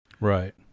Right